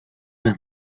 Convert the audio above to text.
las